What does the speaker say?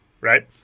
right